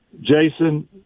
Jason